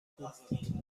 بود